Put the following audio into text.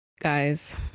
guys